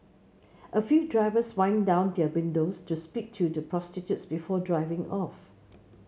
a few drivers wind down their windows to speak to the prostitutes before driving off